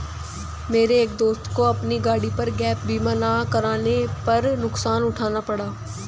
मेरे एक दोस्त को अपनी गाड़ी का गैप बीमा ना करवाने पर नुकसान उठाना पड़ा